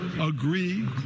agree